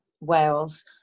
wales